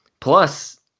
Plus